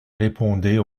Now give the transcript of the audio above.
répondaient